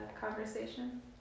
conversation